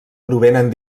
provenen